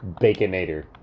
Baconator